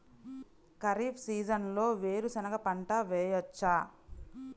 ఖరీఫ్ సీజన్లో వేరు శెనగ పంట వేయచ్చా?